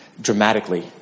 dramatically